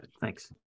thanks